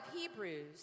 Hebrews